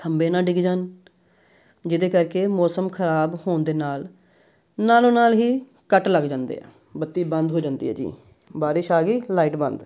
ਖੰਭੇ ਨਾ ਡਿੱਗ ਜਾਣ ਜਿਹਦੇ ਕਰਕੇ ਮੌਸਮ ਖਰਾਬ ਹੋਣ ਦੇ ਨਾਲ ਨਾਲੋਂ ਨਾਲ ਹੀ ਕੱਟ ਲੱਗ ਜਾਂਦੇ ਆ ਬੱਤੀ ਬੰਦ ਹੋ ਜਾਂਦੀ ਹੈ ਜੀ ਬਾਰਿਸ਼ ਆ ਗਈ ਲਾਈਟ ਬੰਦ